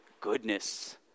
goodness